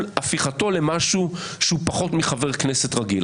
הפיכתו למשהו שהוא פחות מחבר כנסת רגיל.